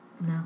No